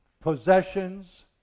possessions